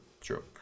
True